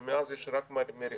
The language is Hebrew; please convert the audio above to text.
ומאז יש רק מריחה.